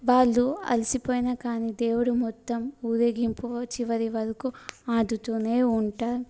వాళ్ళు అలసిపోయినా కానీ దేవుడు మొత్తం ఊరేగింపు చివరి వరకు ఆడుతూనే ఉంటారు